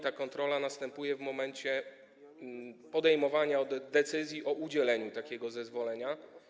Ta kontrola następuje w momencie podejmowania decyzji o udzieleniu takiego zezwolenia.